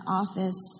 office